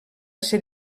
ser